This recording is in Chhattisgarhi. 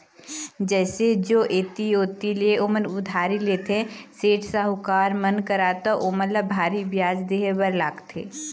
जइसे जो ऐती ओती ले ओमन उधारी लेथे, सेठ, साहूकार मन करा त ओमन ल भारी बियाज देहे बर लागथे